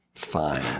Fine